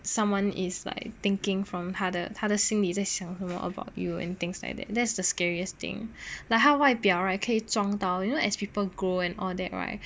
someone is like thinking from 他的他的心里在想什么 about you and things like that that's the scariest thing like how 外表可以装到 you know as people grow and all that right